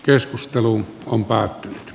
keskusteluun compact